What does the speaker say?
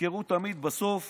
ותזכרו תמיד, בסוף